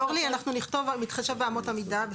--- אנחנו אומרים בהתחשב באמות מידה.